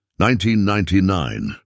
1999